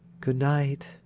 Good-night